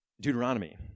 Deuteronomy